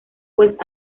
pues